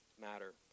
matter